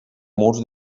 murs